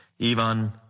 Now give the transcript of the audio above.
Ivan